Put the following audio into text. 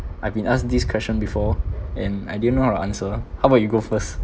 I've been asked this question before and I didn't know how to answer how about you go first